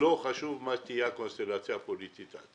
לא חשוב מה תהיה הקונסטלציה הפוליטית.